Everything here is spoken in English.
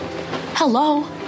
Hello